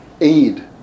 aid